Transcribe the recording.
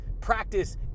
Practice